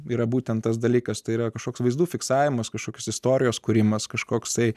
yra būtent tas dalykas tai yra kažkoks vaizdų fiksavimas kažkokios istorijos kūrimas kažkoks tai